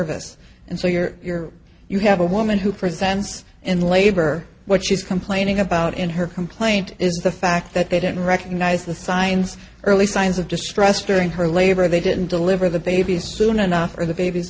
service and so you're you're you have a woman who presents in labor what she's complaining about in her complaint is the fact that they don't recognize the signs early signs of distress during her labor they didn't deliver the babies soon enough or the bab